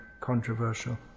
controversial